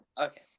Okay